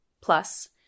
plus